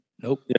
Nope